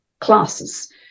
classes